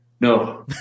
No